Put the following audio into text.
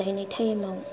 गायनाय टाइमाव